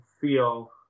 feel